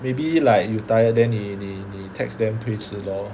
maybe like you tired then 你你你 text them 推迟 lor